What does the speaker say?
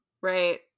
Right